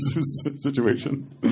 situation